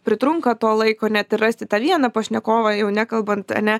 pritrunka to laiko net ir rasti tą vieną pašnekovą jau nekalbant a ne